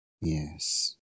yes